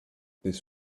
this